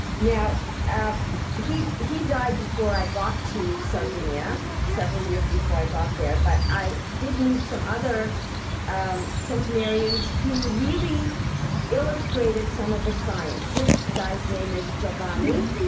now he he died before i got to sardinia, several years before i got there. but i did meet some other um centenarians who really illustrated some of the science. this guy's name is giovanni.